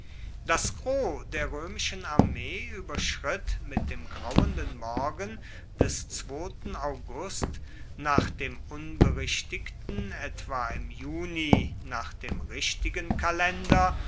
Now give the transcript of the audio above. das gros der roemischen armee ueberschritt mit dem grauenden morgen des august nach dem unberichtigten etwa im juni nach dem richtigen kalender